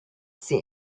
see